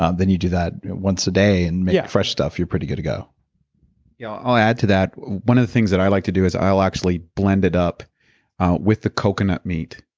ah then you do that once a day, and make fresh stuff, you're pretty good to go yeah. i'll add to that. one of the things that i like to do is, i'll actually blend it up with the coconut meat,